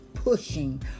pushing